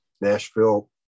Nashville